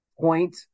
point